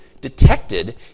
detected